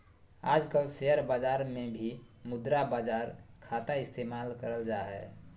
आजकल शेयर बाजार मे भी मुद्रा बाजार खाता इस्तेमाल करल जा हय